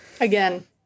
Again